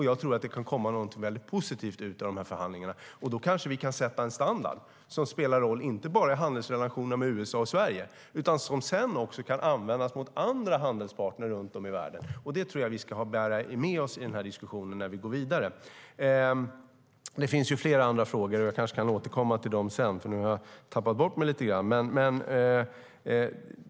Jag tror att det kan komma något väldigt positivt från de här förhandlingarna. Då kanske vi kan sätta en standard som inte bara spelar roll i handelsrelationerna mellan USA och Sverige utan också kan användas mot andra handelspartner runt om i världen. Det tror jag att vi ska bära med oss i diskussionen när vi går vidare. Det finns flera andra frågor, men jag kanske kan återkomma till dem. Nu har jag nämligen tappat bort mig lite grann.